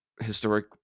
historic